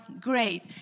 great